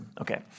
Okay